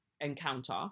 encounter